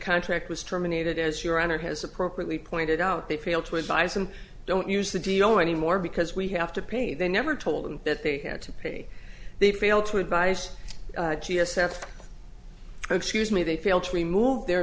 contract was terminated as your honor has appropriately pointed out they failed to advise and don't use the d o anymore because we have to pay they never told them that they had to pay they'd fail to advice g s f excuse me they failed to remove their